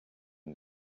une